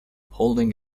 holding